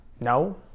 No